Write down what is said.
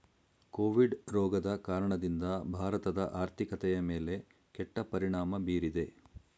Covid ರೋಗದ ಕಾರಣದಿಂದ ಭಾರತದ ಆರ್ಥಿಕತೆಯ ಮೇಲೆ ಕೆಟ್ಟ ಪರಿಣಾಮ ಬೀರಿದೆ